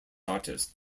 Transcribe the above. artist